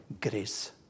grace